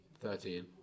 Thirteen